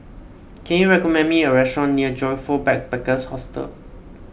can you recommend me a restaurant near Joyfor Backpackers' Hostel